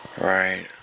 Right